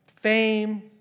Fame